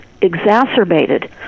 exacerbated